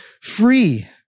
free